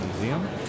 Museum